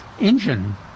engine